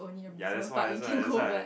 ya that's why that's why that's why